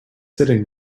sitting